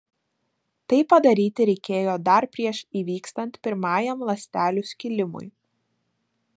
tai padaryti reikėjo dar prieš įvykstant pirmajam ląstelių skilimui